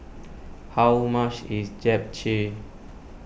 how much is Japchae